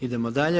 Idemo dalje.